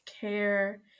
care